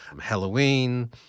Halloween